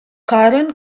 current